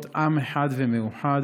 להיות עם אחד ומאוחד,